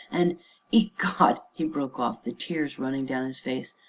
an' ecod! he broke off, the tears running down his face,